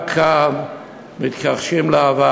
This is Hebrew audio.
רק כאן מתכחשים לעבר.